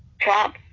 Trump